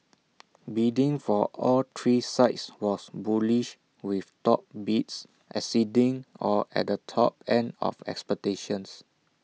bidding for all three sites was bullish with top bids exceeding or at the top end of expectations